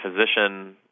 physician